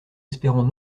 espérons